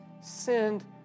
Send